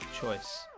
choice